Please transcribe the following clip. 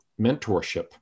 mentorship